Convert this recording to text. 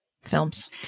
films